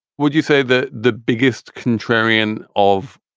would you say that the biggest contrarian of.